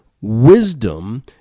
wisdom